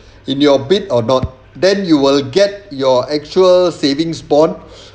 in your bid or not then you will get your actual savings bond